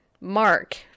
Mark